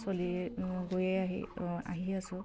চলি গৈয়ে আহি আহি আছোঁ